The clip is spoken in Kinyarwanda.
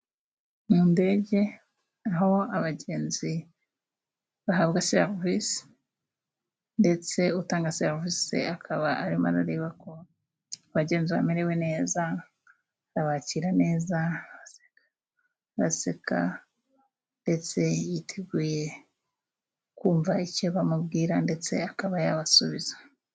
Mu ndege aho abagenzi bahabwa serivisi, ndetse utanga serivisi akaba arimo arareba ko bagenzi bamerewe neza, babakira neza baseka ndetse yiteguye kumva icyo bamubwira ndetse akaba yababasubiza.